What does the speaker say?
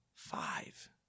Five